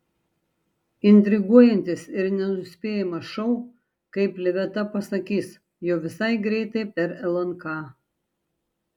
intriguojantis ir nenuspėjamas šou kaip liveta pasakys jau visai greitai per lnk